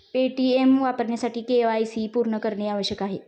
Paytm वापरण्यासाठी KYC पूर्ण करणे आवश्यक आहे